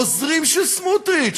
עוזרים של סמוטריץ.